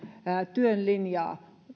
työn linjaa